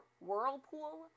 whirlpool